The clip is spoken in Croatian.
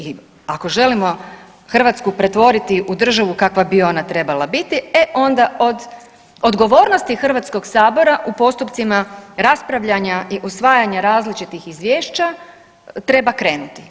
I ako želimo Hrvatsku pretvoriti u državu kakva bi ona trebala biti, e onda od odgovornosti HS-a u postupcima raspravljanja i usvajanja različitih izvješća treba krenuti.